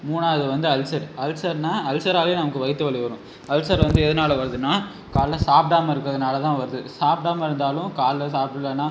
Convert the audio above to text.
மூணாவது வந்து அல்சர் அல்சர்னா அல்சராவே நமக்கு வயிற்று வலி வரும் அல்சர் வந்து எதுனால் வருதுன்னா காலைல சாப்பிடாம இருக்கிறதுனால தான் வருது சாப்பிடாம இருந்தாலும் காலைல சாப்பிட்லனா